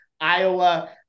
Iowa